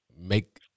make